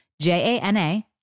J-A-N-A